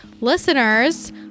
listeners